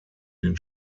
den